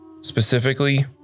specifically